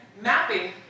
mapping